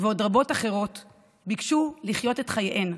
ועוד רבות אחרות ביקשו לחיות את חייהן,